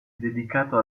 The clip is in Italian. dedicato